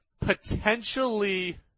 potentially